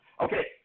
Okay